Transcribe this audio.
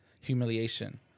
humiliation